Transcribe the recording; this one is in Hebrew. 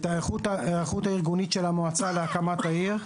את ההיערכות הארגונית של המועצה להקמת העיר,